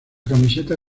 camiseta